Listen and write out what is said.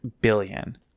billion